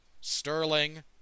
Sterling